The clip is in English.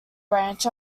branch